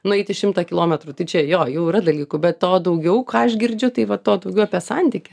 nueiti šimtą kilometrų tai čia jo jau yra dalykų bet to daugiau ką aš girdžiu tai va to daugiau apie santykį